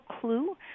clue